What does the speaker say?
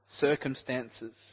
circumstances